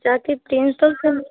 जाकर चेन्ज तो कर